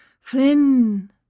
Flynn